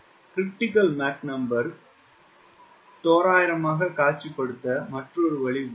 𝑀CR தோராயமாக காட்சிப்படுத்த மற்றொரு வழி உள்ளது